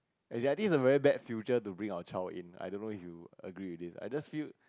as in I think is a very bad future to bring our child in I don't know if you agree with this I just feel